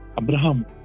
Abraham